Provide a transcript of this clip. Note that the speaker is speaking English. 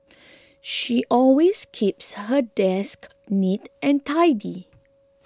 she always keeps her desk neat and tidy